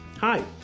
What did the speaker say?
Hi